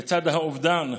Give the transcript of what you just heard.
לצד האובדן,